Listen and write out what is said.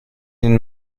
den